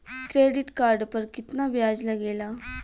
Credit card पर कितना ब्याज लगेला?